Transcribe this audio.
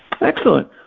Excellent